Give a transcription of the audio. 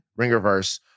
Ringerverse